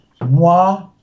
moi